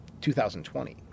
2020